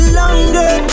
longer